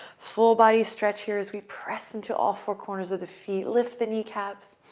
full body stretch here as we press into all four corners of the feet. lift the kneecaps.